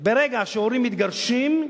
ברגע שהורים מתגרשים,